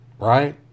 right